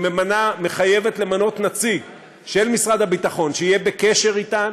היא מחייבת למנות נציג של משרד הביטחון שיהיה בקשר אתן,